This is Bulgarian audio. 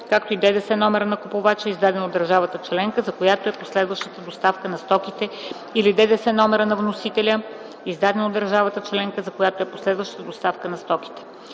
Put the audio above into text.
както и ДДС номерът на купувача, издаден от държавата членка, за която е последващата доставка на стоките, или ДДС номерът на вносителя, издаден от държавата членка, за която е последващата доставка на стоките.